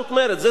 זו זכותו,